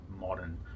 modern